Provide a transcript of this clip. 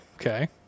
okay